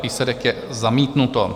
Výsledek: zamítnuto.